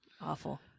Awful